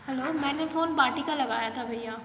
hello मैंने phone बाटिका लगाया था भैया